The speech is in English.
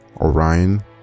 Orion